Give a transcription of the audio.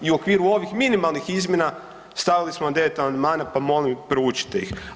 I u okviru ovih minimalnih izmjena stavili smo vam 9 amandmana, pa molim proučite ih.